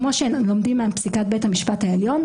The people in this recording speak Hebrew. כמו שלומדים מפסיקת בית המשפט העליון,